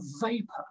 vapor